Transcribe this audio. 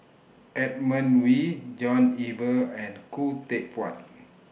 Edmund Wee John Eber and Khoo Teck Puat